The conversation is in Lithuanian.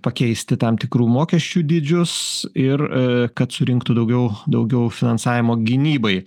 pakeisti tam tikrų mokesčių dydžius ir kad surinktų daugiau daugiau finansavimo gynybai